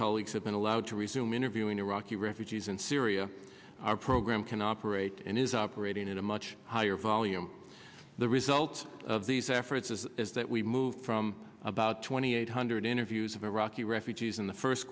colleagues have been allowed to resume interviewing iraqi refugees in syria our program can operate and is operating at a much higher volume the result of these efforts is that we moved from about twenty eight hundred interviews of iraqi refugees in the first